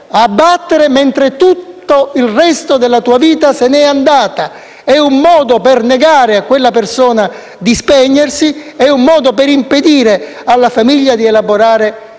a battere mentre tutto il resto della tua vita è andato via. È un modo per negare a quella persona di spegnersi. È un modo per impedire alla famiglia di elaborare il lutto.